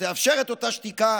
שתאפשר את אותה שתיקה